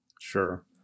Sure